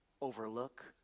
overlook